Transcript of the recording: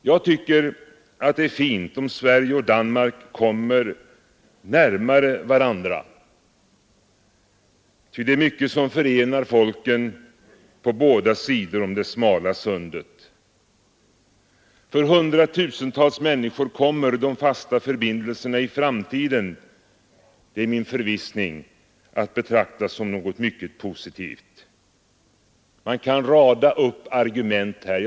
Jag tycker att det är fint om Sverige och Danmark kommer närmare varandra, ty det är mycket som förenar folken på båda sidor om det smala sundet. För hundratusentals människor kommer de fasta förbindelserna i framtiden — det är min förvissning — att betraktas som något mycket positivt. Man kan rada upp argument här.